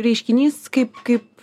reiškinys kaip kaip